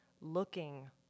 looking